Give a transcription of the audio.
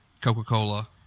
Coca-Cola